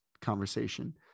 conversation